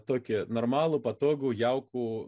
tokį normalų patogų jaukų